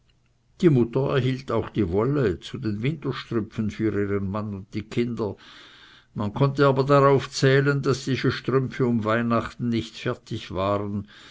die mutter erhielt auch die wolle zu den winterstrümpfen für ihren mann und die kinder man konnte aber darauf zählen daß diese strümpfe um weihnacht nie fertig waren